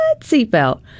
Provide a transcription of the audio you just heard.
Seatbelt